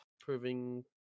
proving